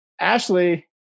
Ashley